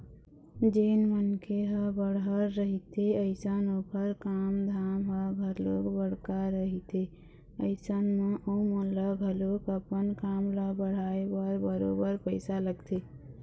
जेन मनखे ह बड़हर रहिथे अइसन ओखर काम धाम ह घलोक बड़का रहिथे अइसन म ओमन ल घलोक अपन काम ल बढ़ाय बर बरोबर पइसा लगथे